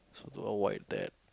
so to avoid that